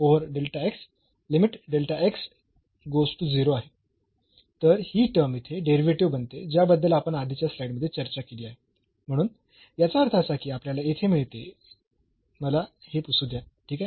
तर ही टर्म येथे डेरिव्हेटिव्ह बनते ज्याबद्दल आपण आधीच्या स्लाईड मध्ये चर्चा केली आहे म्हणून याचा अर्थ असा की आपल्याला येथे मिळते मला हे पुसू द्या ठीक आहे